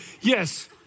Yes